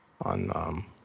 on, –